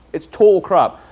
it's total crap.